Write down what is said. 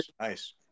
nice